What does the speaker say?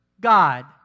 God